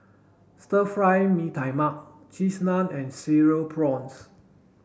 Stir Fry Mee Tai Mak cheese naan and cereal prawns